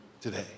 today